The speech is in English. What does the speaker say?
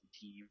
team